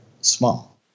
small